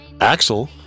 Axel